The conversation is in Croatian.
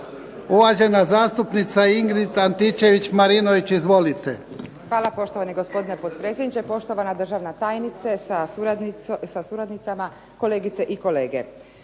Uvažena zastupnica Ingrid Antičević-Marinović, izvolite.